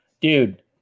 Dude